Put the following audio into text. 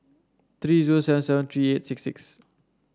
three zero seven seven three eight six six